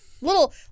Little